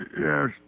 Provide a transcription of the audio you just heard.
Yes